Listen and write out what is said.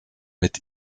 mit